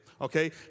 Okay